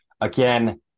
Again